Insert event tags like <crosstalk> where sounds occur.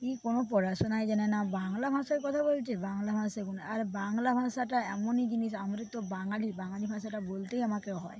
এ কোনো পড়াশোনাই জানে না বাংলা ভাষায় কথা বলছে বাংলা ভাষা <unintelligible> আর বাংলা ভাষাটা এমনই জিনিস আমরা তো বাঙালি বাঙালি ভাষাটা বলতেই আমাকে হয়